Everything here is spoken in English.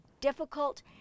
difficult